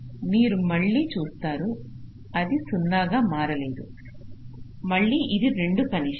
ఇప్పుడు మీరు మళ్ళీ చూస్తారు అది 0 గా మారలేదు మళ్ళీ ఇది 2 కనిష్టం